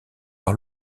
par